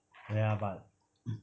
ya but